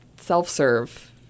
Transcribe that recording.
self-serve